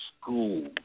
school